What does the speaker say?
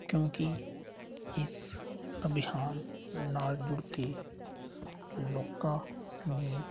ਕਿਉਂਕਿ ਇਸ ਅਭਿਆਨ ਨਾਲ ਜੁੜ ਕੇ ਲੋਕਾਂ ਨੇ